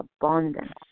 abundance